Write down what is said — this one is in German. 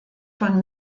von